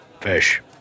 Fish